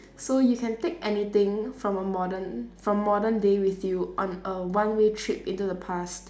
so you can take anything from a modern from modern day with you on a one way trip into the past